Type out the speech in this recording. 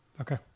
Okay